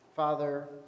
Father